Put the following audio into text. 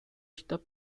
città